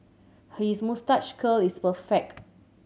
his moustache curl is perfect